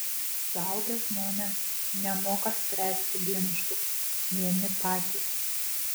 suaugę žmonės nemoka spręsti ginčų vieni patys